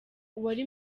wari